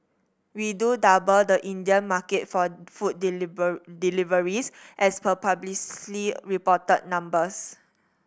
we do double the Indian market for food deliver deliveries as per publicly reported numbers